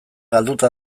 galduta